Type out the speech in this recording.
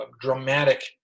dramatic